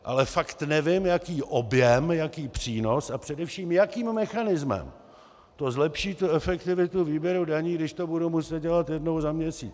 Ale fakt nevím, jaký objem, jaký přínos a především jakým mechanismem to zlepší tu efektivitu výběru daní, když to budu muset dělat jednou za měsíc.